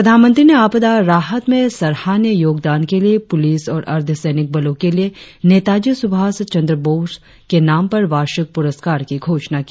प्रधानमंत्री ने आपदा राहत में सराहनीय योगदान के लिए पुलिस और अर्द्धसैनिक बलों के लिए नेताजी सुभास चन्द्र बोस के नाम पर वार्षिक पुरस्कार की घोषणा की